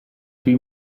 sui